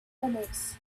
omens